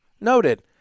noted